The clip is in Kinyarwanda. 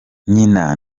nyina